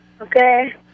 Okay